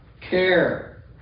care